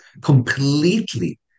completely